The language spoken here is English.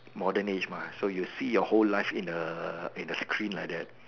modern age mah so you see your whole life in a in a screen like that